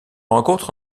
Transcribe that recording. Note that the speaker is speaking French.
rencontre